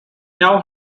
now